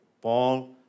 Paul